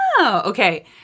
Okay